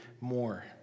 more